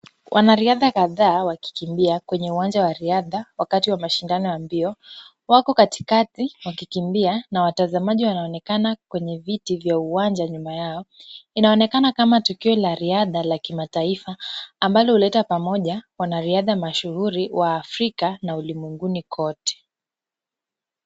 Wanariadha kadhaa wakikimbia kwenye uwanja wa riadha wakati wa mashindano ya mbio. Wako katikati wakikimbia na watazamaji wanaonekana kwenye viti vya uwanja nyuma yao. Inaonekana kama tukio la riadha la kimataifa ambalo huleta pamoja wanariadha mashuhuri wa Afrika na ulimwenguni kote.